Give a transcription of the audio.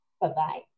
Bye-bye